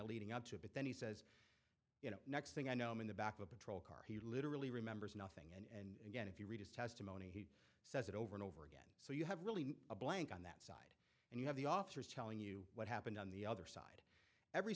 of leading up to it but then he says you know next thing i know i'm in the back of a patrol car he literally remembers nothing and yet if you read his testimony says it over and over again so you have really a blank on that side and you have the officers telling you what happened on the other side every